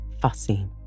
fussy